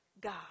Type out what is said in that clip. God